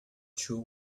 two